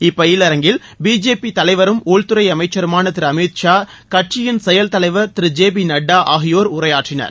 இப்பயிலரங்கில் BJP தலைவரும் உள்துறை அமைச்சருமான திரு அமித் ஷா கட்சியின் செயல் தலைவர் திரு ஜே பி நட்டா ஆகியோர் உரையாற்றினர்